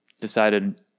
decided